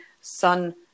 sun